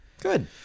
Good